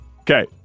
Okay